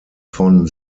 von